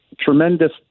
Tremendous